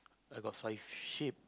I got fly shape